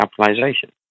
capitalization